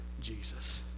Jesus